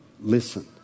listen